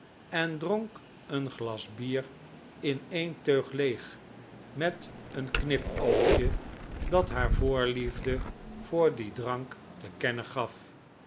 en dronk een glas bier in een teug leeg met een knipoogje dat haar voorliefde voor dien drank te kennen gaf